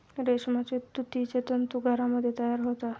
रेशमाचे तुतीचे तंतू घरामध्ये तयार होतात